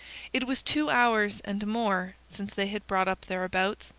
it was two hours and more since they had brought up thereabouts,